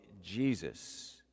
Jesus